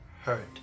hurt